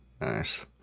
Nice